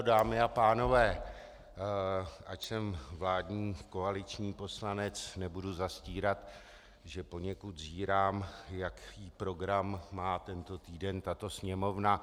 Dámy a pánové, ač jsem vládní koaliční poslanec, nebudu zastírat, že poněkud zírám, jaký program má tento týden tato Sněmovna.